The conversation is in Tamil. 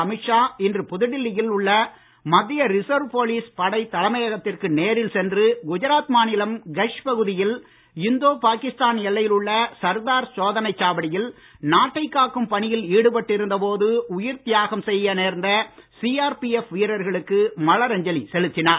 அமித் ஷா இன்று புதுடில்லி யில் உள்ள மத்திய ரிசர்வ் போலீஸ் படைத் தலைமையகத்திற்கு நேரில் சென்று குஜராத் மாநிலம் கட்ச் பகுதியில் இந்தோ பாகிஸ்தான் எல்லையில் உள்ள சர்தார் சோதனைச் சாவடியில் நாட்டைக் காக்கும் பணியில் ஈடுபட்டிருந்த போது உயிர்த் தியாகம் செய்ய நேர்ந்த சிஆர்பிஎப் வீரர்களுக்கு மலர் அஞ்சலி செலுத்தினார்